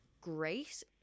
great